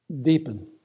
deepen